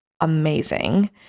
amazing